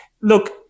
look